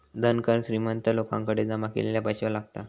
धन कर श्रीमंत लोकांकडे जमा केलेल्या पैशावर लागता